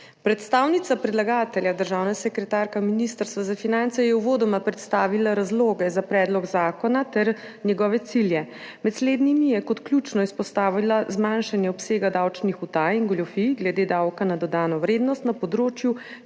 Predstavnica predlagatelja, državna sekretarka Ministrstva za finance, je uvodoma predstavila razloge za predlog zakona ter njegove cilje. Med slednjimi je kot ključno izpostavila zmanjšanje obsega davčnih utaj in goljufij glede davka na dodano vrednost na področju